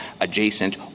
adjacent